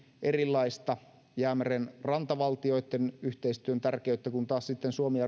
erilaista jäämeren rantavaltioitten yhteistyön tärkeyttä kun taas suomi ja